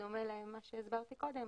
בדומה למה שהסברתי קודם,